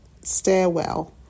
stairwell